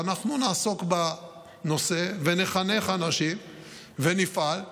ואנחנו נעסוק בנושא ונחנך אנשים ונפעל.